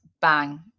bang